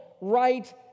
right